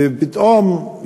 ופתאום,